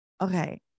Okay